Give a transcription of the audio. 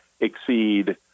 exceed